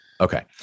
Okay